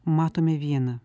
matome vieną